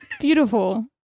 Beautiful